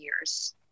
years